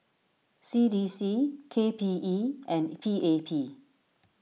C D C K P E and P A P